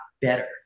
better